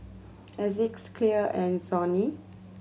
Asics Clear and Sony